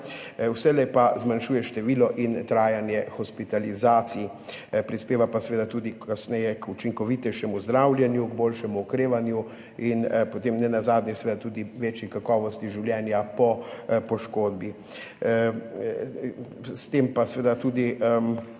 vselej pa zmanjšuje število in trajanje hospitalizacij, prispeva pa kasneje tudi k učinkovitejšemu zdravljenju, k boljšemu okrevanju in potem nenazadnje k večji kakovosti življenja po poškodbi. S tem pa nekako